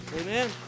Amen